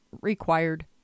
required